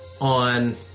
on